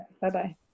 Bye-bye